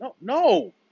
No